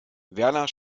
werner